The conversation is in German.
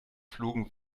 flogen